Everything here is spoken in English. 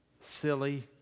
silly